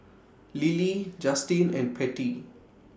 Lilly Justine and Patty